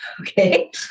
Okay